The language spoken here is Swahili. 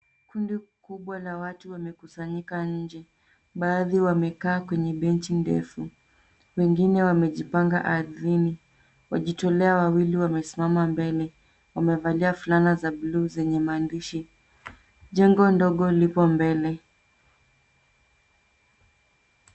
Kundi kubwa la watu wamekusanyika nje. Baadhi wamekaa kwenye benchi ndefu. Wengine wamejipanga ardhini. Wajitolea wawili wamesimama mbele. Wamevalia fulana za blue zenye maandishi . Jengo ndogo lipo mbele.